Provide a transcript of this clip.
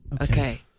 Okay